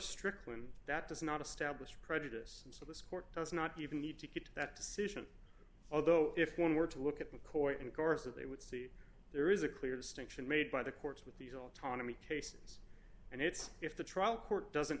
strickland that does not establish prejudice so this court does not even need to get that decision although if one were to look at mccoy and course that they would see there is a clear distinction made by the courts with these autonomy cases and it's if the trial court doesn't